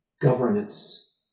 governance